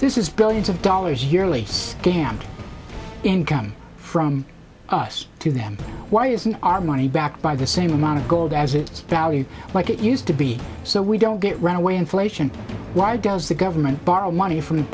this is billions of dollars yearly gambling income from us to them why isn't our money back by the same amount of gold as its value like it used to be so we don't get runaway inflation why does the government borrow money from